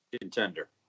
contender